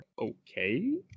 okay